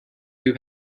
who